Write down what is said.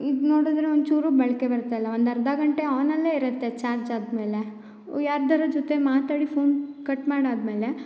ಇದು ನೋಡಿದ್ರೆ ಒಂದು ಚೂರು ಬಾಳಿಕೆ ಬರ್ತಾಯಿಲ್ಲ ಒಂದು ಅರ್ಧ ಗಂಟೆ ಆನಲ್ಲೆ ಇರುತ್ತೆ ಚಾರ್ಜ್ ಆದಮೇಲೆ ಯಾರ್ದಾರು ಜೊತೆ ಮಾತಾಡಿ ಫೋನ್ ಕಟ್ ಮಾಡಾದಮೇಲೆ